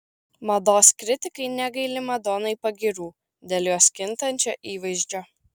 mados kritikai negaili madonai pagyrų dėl jos kintančio įvaizdžio